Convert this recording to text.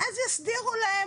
אז יסדירו להם,